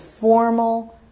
formal